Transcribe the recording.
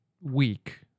week